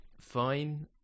fine